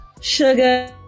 sugar